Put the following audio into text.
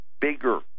bigger